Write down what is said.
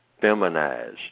feminized